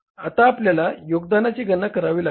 आता आपल्याला योगदानाची गणना करावी लागेल